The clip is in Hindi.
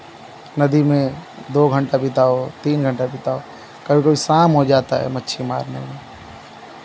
नदी में दो घंटा बिताओ तीन घंटा बिताओ कभी कभी शाम हो जाता है मच्छी मारने में